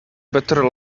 better